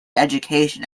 education